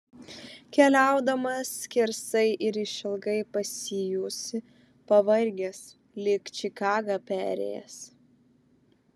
keliaudamas skersai ir išilgai pasijusi pavargęs lyg čikagą perėjęs